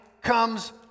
comes